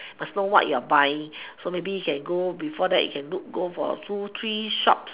must know what you're buying so maybe you can go before that you can look go for two three shops